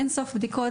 אין סוף בדיקות,